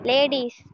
Ladies